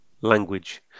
language